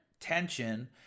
tension